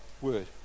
word